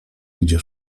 gdzie